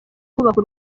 kubaka